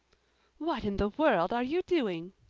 what in the world are you doing?